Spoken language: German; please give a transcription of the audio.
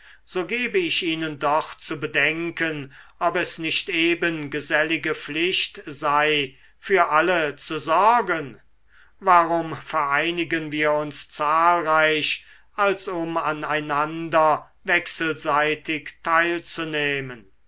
so gebe ich ihnen doch zu bedenken ob es nicht eben gesellige pflicht sei für alle zu sorgen warum vereinigen wir uns zahlreich als um an einander wechselseitig teilzunehmen